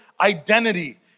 identity